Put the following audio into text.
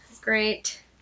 Great